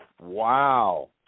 Wow